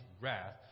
wrath